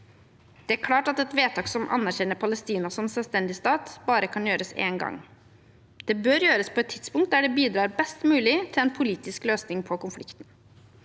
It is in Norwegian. Det er klart at et vedtak som anerkjenner Palestina som selvstendig stat, bare kan gjøres én gang. Det bør gjøres på et tidspunkt der det bidrar best mulig til en politisk løsning på konflikten.